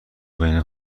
بین